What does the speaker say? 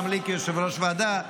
גם לי כיושב-ראש ועדה,